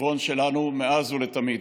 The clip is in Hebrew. חברון שלנו מאז ולתמיד.